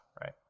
right